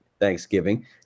Thanksgiving